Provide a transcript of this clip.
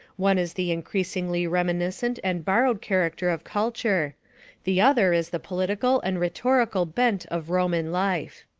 one is the increasingly reminiscent and borrowed character of culture the other is the political and rhetorical bent of roman life.